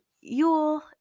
Yule